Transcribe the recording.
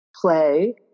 play